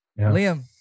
Liam